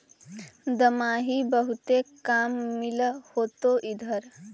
दमाहि बहुते काम मिल होतो इधर?